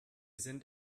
sind